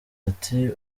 ati